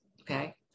okay